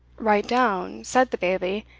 write down, said the bailie,